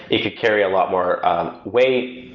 it could carry a lot more weight.